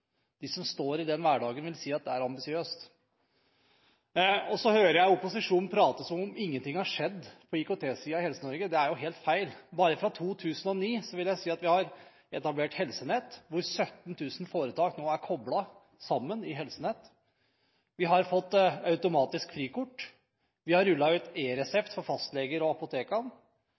De som står i den hverdagen, vil si at det er ambisiøst. Så hører jeg opposisjonen prate som om ingenting har skjedd på IKT-siden i Helse-Norge. Det er jo helt feil. Bare fra 2009 har vi etablert Norsk Helsenett, hvor 17 000 foretak nå er koblet sammen. Vi har fått automatisk frikort. Vi har rullet ut E-resept for fastleger og apotekene.